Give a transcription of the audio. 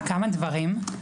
מאה אחוז.